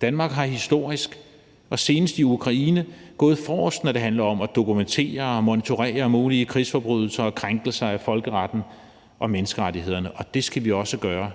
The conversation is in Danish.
Danmark har historisk og senest i Ukraine gået forrest, når det handler om at dokumentere og monitorere mulige krigsforbrydelser og krænkelser af folkeretten og menneskerettighederne, og det skal vi også gøre